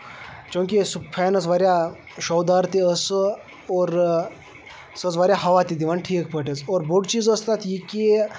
چونٛکہِ سُہ فین ٲس واریاہ شو دار تہِ اوس سُہ اور سُہ اوس واریاہ ہوا تہِ دِوان ٹھیٖک پٲٹھۍ حظ اور بوٚڑ چیٖز اوس تَتھ یہِ کہِ